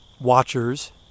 Watchers